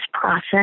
process